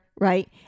right